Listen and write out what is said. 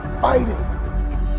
fighting